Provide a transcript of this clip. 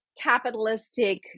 capitalistic